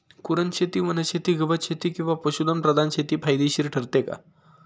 कुरणशेती, वनशेती, गवतशेती किंवा पशुधन प्रधान शेती फायदेशीर ठरते का?